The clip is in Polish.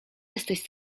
jesteś